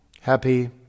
happy